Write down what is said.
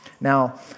Now